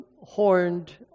horned